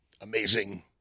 amazing